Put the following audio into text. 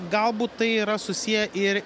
galbūt tai yra susiję ir